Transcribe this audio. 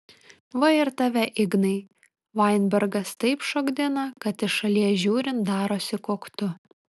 va ir tave ignai vainbergas taip šokdina kad iš šalies žiūrint darosi koktu